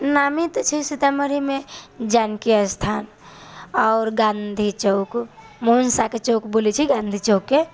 नामी तऽ छै सीतामढ़ीमे जानकी स्थान आओर गान्धी चौक मोहन साहके चौक बोलै छै गान्धी चौककेँ